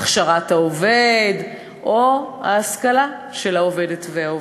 הכשרת העובד או ההשכלה של העובדת והעובד.